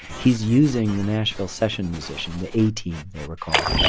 he's using the nashville session musician, the a-team, they were called,